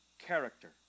character